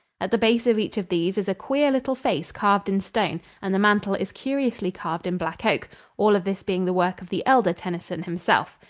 at the base of each of these is a queer little face carved in stone and the mantel is curiously carved in black oak all of this being the work of the elder tennyson himself.